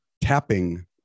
tapping